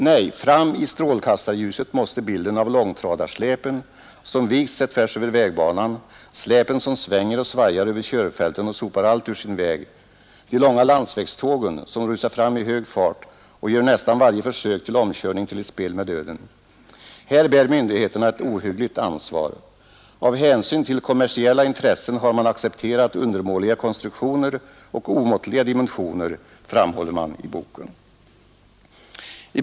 ”Nej, fram i strålkastarljuset måste bilden av långtradarsläpen, som vikt sig tvärs över vägbanan, släpen som svänger och svajar över körfälten och sopar allt ur sin väg, de långa ”landsvägstågen” som rusar fram i hög fart och gör nästan varje försök till omkörning till ett spel med döden. Här bär myndigheterna ett ohyggligt ansvar. Av hänsyn till kommersiella intressen har man accepterat undermåliga konstruktioner och omåttliga dimensioner”, framhålles det i boken.